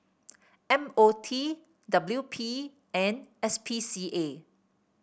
M O T W P and S P C A